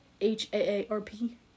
H-A-A-R-P